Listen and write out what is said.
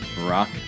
Rock